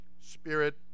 spirit